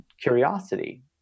curiosity